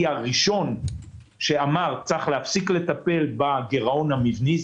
הראשון שאמר שצריך להפסיק לטפל בגירעון המבני,